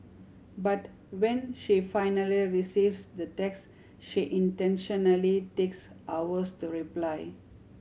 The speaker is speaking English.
but when she finally receives the text she intentionally takes hours to reply